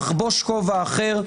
אחבוש כובע אחר,